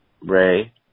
Ray